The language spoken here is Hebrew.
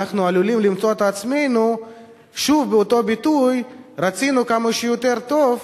אנחנו עלולים למצוא את עצמנו שוב באותו ביטוי: רצינו כמה שיותר טוב,